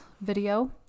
video